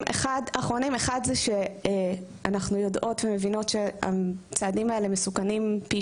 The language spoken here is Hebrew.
אנחנו יודעות ומבינות שהצעדים האלה מסוכנים פי